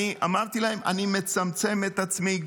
אמרתי להם שאני מצמצם את עצמי,